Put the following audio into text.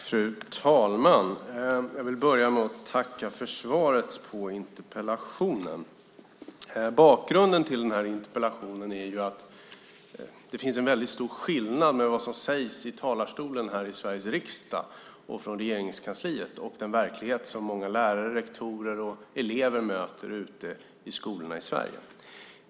Fru talman! Jag vill börja med att tacka för svaret på interpellationen. Bakgrunden till interpellationen är att det finns en väldigt stor skillnad mellan vad som sägs i talarstolen här i Sveriges riksdag och från Regeringskansliet och den verklighet som många lärare, rektorer och elever möter ute i skolorna i Sverige.